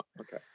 Okay